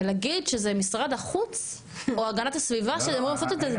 ולהגיד שזה משרד החוץ או הגנת הסביבה שאמור לעשות את זה,